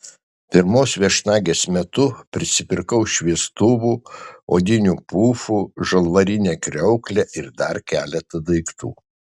pirmos viešnagės metu prisipirkau šviestuvų odinių pufų žalvarinę kriauklę ir dar keletą daiktų